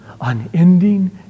unending